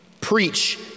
Preach